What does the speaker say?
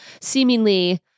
seemingly